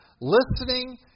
listening